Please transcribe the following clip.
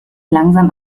langsam